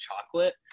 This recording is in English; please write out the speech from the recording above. chocolate